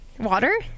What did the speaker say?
water